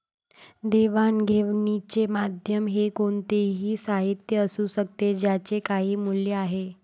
देवाणघेवाणीचे माध्यम हे कोणतेही साहित्य असू शकते ज्याचे काही मूल्य आहे